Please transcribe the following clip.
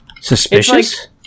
Suspicious